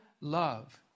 love